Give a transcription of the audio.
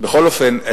בכל אופן,